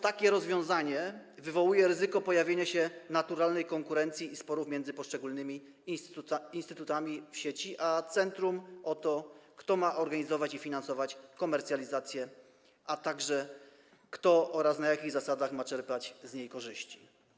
Takie rozwiązanie wywołuje ryzyko pojawienia się naturalnej konkurencji między poszczególnymi instytutami w sieci a centrum, jeżeli chodzi o to, kto ma organizować i finansować komercjalizację, a także kto oraz na jakich zasadach ma czerpać z niej korzyści.